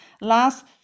last